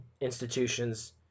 institutions